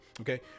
Okay